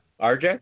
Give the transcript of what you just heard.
RJ